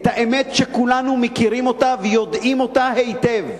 את האמת שכולנו מכירים ויודעים היטב.